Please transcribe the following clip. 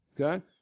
okay